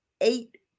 eight